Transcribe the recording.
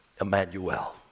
Emmanuel